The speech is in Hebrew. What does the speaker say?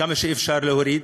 כמה שאפשר להוריד,